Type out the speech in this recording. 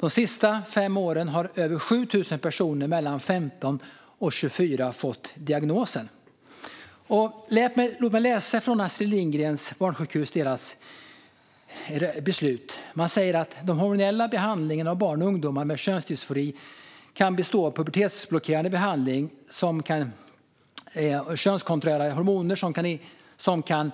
De senaste fem åren har över 7 000 personer mellan 15 och 24 år fått diagnosen. Låt mig läsa ur beslutet från Astrid Lindgrens barnsjukhus. Man säger: "Den hormonella behandlingen av barn och unga med könsdysfori kan bestå av pubertetsblockerande behandling som kan initieras vid pubertetsstart, och av könskonträra hormoner som kan